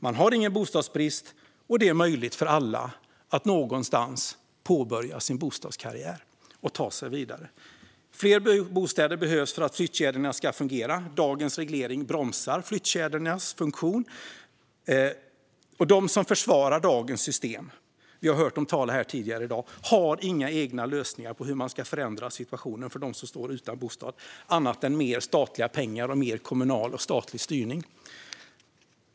Man har ingen bostadsbrist, och det är möjligt för alla att någonstans påbörja sin bostadskarriär och ta sig vidare. Fler bostäder behövs för att flyttkedjorna ska fungera. Dagens reglering bromsar flyttkedjornas funktion. De som försvarar dagens system - vi har hört dem tala här tidigare - har inga egna lösningar när det gäller att förändra situationen för dem som står utan bostad, annat än mer statliga pengar och mer kommunal och statlig styrning.